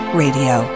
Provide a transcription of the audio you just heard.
radio